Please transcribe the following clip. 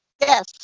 Yes